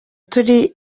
turi